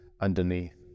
underneath